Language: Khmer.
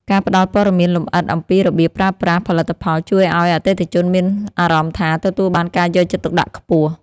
ការផ្ដល់ព័ត៌មានលម្អិតអំពីរបៀបប្រើប្រាស់ផលិតផលជួយឱ្យអតិថិជនមានអារម្មណ៍ថា ទទួលបានការយកចិត្តទុកដាក់ខ្ពស់។